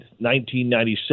1997